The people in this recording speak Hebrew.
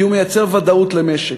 כי הוא מייצר ודאות למשק,